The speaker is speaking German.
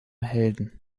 helden